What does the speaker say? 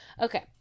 Okay